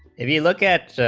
a look at